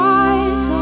eyes